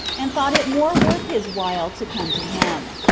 and thought it more worth his while to come to him.